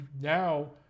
now